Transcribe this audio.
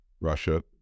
Russia